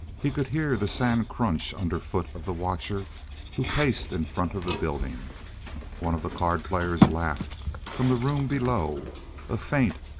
he could hear the sand crunch underfoot of the watcher who paced in front of the building one of the cardplayers laughed from the room below a faint,